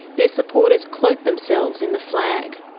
their supporters cloak themselves in the flag.